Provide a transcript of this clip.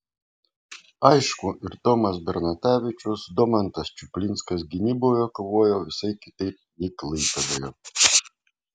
aišku ir tomas bernatavičius domantas čuplinskas gynyboje kovojo visai kitaip nei klaipėdoje